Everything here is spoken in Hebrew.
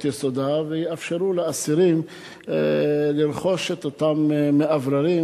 יסודה ויאפשרו לאסירים לרכוש את אותם מאווררים,